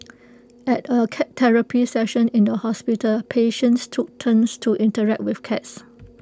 at A cat therapy session in the hospital patients took turns to interact with cats